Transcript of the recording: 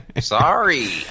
Sorry